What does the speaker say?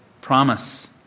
promise